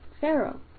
Pharaoh